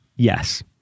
Yes